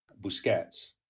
Busquets